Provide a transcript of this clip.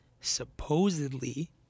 supposedly